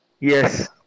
Yes